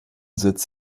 sitz